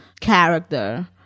character